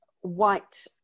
white